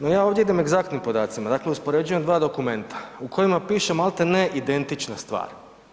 No ja ovdje idem egzaktnim podacima, dakle uspoređujem dva dokumenta u kojima piše maltene identična stvar.